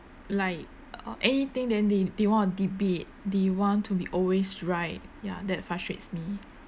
like uh anything then they they want to debate they want to be always right ya that frustrates me